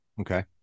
Okay